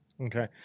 okay